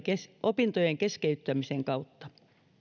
opintojen keskeyttämisen kautta